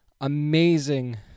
amazing